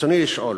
ברצוני לשאול: